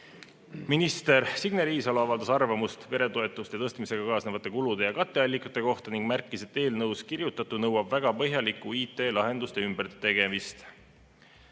Minister Signe Riisalo avaldas arvamust peretoetuste tõstmisega kaasnevate kulude ja katteallikate kohta ning märkis, et eelnõus kirjutatu nõuab väga põhjalikku IT‑lahenduste ümbertegemist.